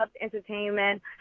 entertainment